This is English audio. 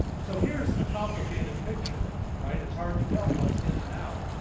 so, here's a complicated picture, right? it's hard to tell what's in and out.